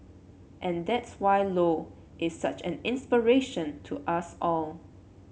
and that's why Low is such an inspiration to us all